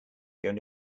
going